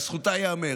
לזכותה ייאמר.